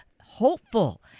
hopeful